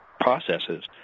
processes